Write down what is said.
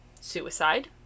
Suicide